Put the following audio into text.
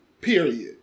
Period